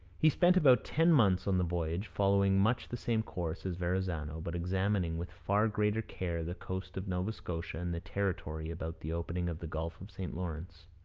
he spent about ten months on the voyage, following much the same course as verrazano, but examining with far greater care the coast of nova scotia and the territory about the opening of the gulf of st lawrence.